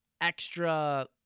extra